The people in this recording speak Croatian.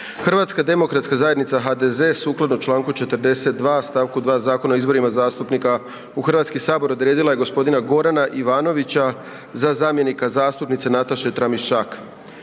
Hrvatski sabor. HDZ sukladno čl. 42. st. 2. Zakona o izborima zastupnika u Hrvatski sabor odredila je gospodina Gorana Ivanovića za zamjenika zastupnice Nataše Tramišak.